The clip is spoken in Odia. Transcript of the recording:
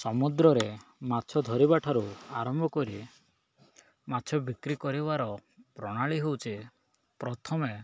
ସମୁଦ୍ରରେ ମାଛ ଧରିବା ଠାରୁ ଆରମ୍ଭ କରି ମାଛ ବିକ୍ରି କରିବାର ପ୍ରଣାଳୀ ହେଉଛେ ପ୍ରଥମେ